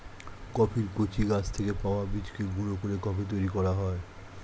কফির কচি গাছ থেকে পাওয়া বীজকে গুঁড়ো করে কফি তৈরি করা হয়